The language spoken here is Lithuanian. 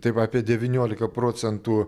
tai va apie devynioliką procentų